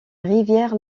rivière